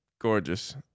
gorgeous